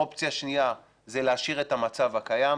אופציה שנייה זה להשאיר את המצב הקיים,